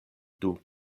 dum